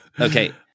Okay